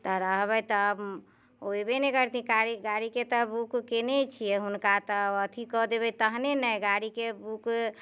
तऽ रहबै तब ओ अयबै नहि करथिन गाड़ी गाड़ीके तऽ बुक कयने छियै हुनका तऽ अथी कऽ देबै तहने ने गाड़ीके बुक